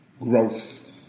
growth